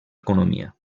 economia